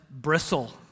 bristle